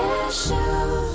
issues